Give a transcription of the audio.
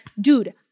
dude